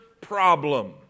problem